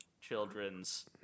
children's